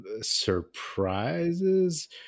surprises